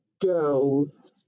girls